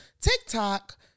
TikTok